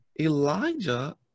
elijah